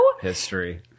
History